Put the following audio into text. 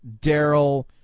Daryl